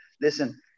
listen